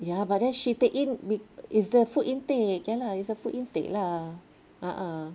ya but then she take in it's the food intake ya lah it's the food intake lah a'ah